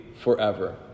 forever